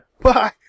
Bye